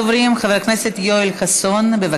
ראשון הדוברים, חבר הכנסת יואל חסון.